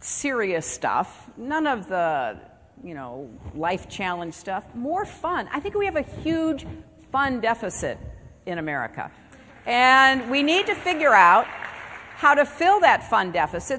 serious stuff none of the you know life challenge stuff more fun i think we have a huge fund deficit in america and we need to figure out how to fill that fund deficit